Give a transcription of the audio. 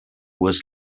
was